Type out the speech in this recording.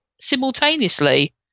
simultaneously